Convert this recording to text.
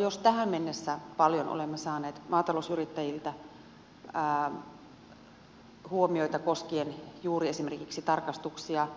jos tähän mennessä paljon olemme saaneet maatalousyrittäjiltä huomioita koskien juuri esimerkiksi tarkastuksia